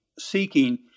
seeking